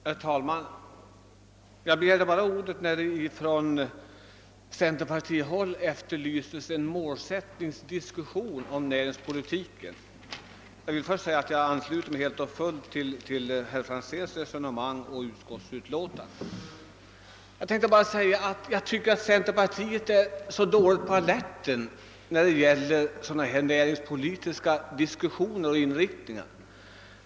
Herr talman! Jag begärde ordet med anledning av att man från centerpartihåll efterlyste en målsättningsdiskussion om näringspolitiken. Jag ansluter mig helt och fullt till herr Franzéns i Motala resonemang och till vad som sägs i utskottsutlåtandet. Jag tänkte bara säga att jag tycker att centerpartiet är så dåligt på alerten när det gäller näringspolitiska diskussioner.